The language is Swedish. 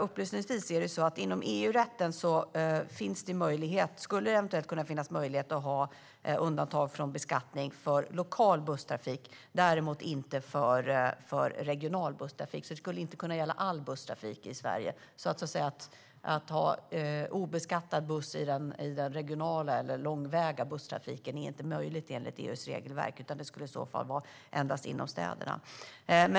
Upplysningsvis skulle det enligt EU-rätten eventuellt finnas möjlighet att ha undantag från beskattning för lokal busstrafik, däremot inte för regional busstrafik, så det skulle inte kunna gälla all busstrafik i Sverige. Att ha obeskattad buss i den regionala eller långväga busstrafiken är inte möjligt enligt EU:s regelverk, utan det skulle i så fall vara busstrafik endast inom städerna.